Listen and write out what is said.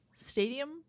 stadium